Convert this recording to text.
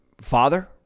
Father